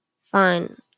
fine